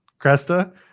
Cresta